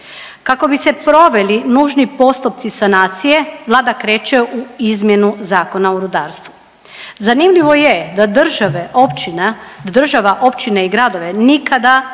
Kako bi se proveli nužni postupci sanacije, Vlada kreće u izmjenu Zakona o rudarstvu. Zanimljivo je da države, općina, da država